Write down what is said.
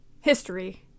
history